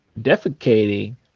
defecating